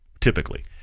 Typically